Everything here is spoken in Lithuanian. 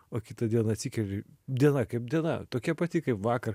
o kitą dieną atsikeli diena kaip diena tokia pati kaip vakar